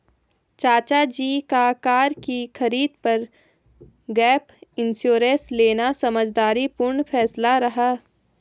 चाचा जी का कार की खरीद पर गैप इंश्योरेंस लेना समझदारी पूर्ण फैसला रहा